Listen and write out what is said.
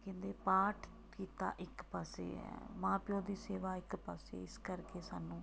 ਕਹਿੰਦੇ ਪਾਠ ਕੀਤਾ ਇੱਕ ਪਾਸੇ ਹੈ ਮਾਂ ਪਿਓ ਦੀ ਸੇਵਾ ਇੱਕ ਪਾਸੇ ਇਸ ਕਰਕੇ ਸਾਨੂੰ